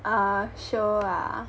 err show ah